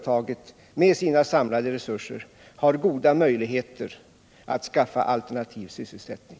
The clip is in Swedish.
Jag förutsätter att företaget med sina samlade resurser har goda möjligheter att skaffa alternativ sysselsättning.